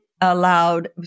allowed